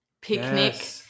picnic